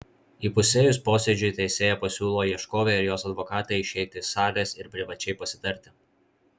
įpusėjus posėdžiui teisėja pasiūlo ieškovei ir jos advokatei išeiti iš salės ir privačiai pasitarti